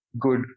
good